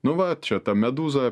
nu va čia ta medūza